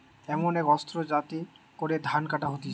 এমন এক অস্ত্র যাতে করে ধান কাটা হতিছে